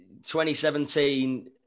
2017